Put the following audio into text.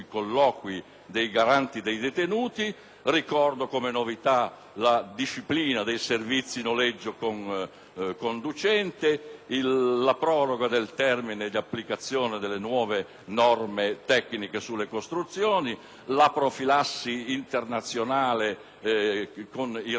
la disciplina dei servizi noleggio con conducente; la proroga del termine di applicazione delle nuove norme tecniche sulle costruzioni; la profilassi internazionale, con i relativi controlli; le importantissime norme sull'editoria; l'Expo di